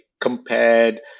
compared